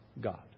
God